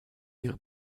ihre